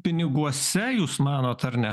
piniguose jūs manot ar ne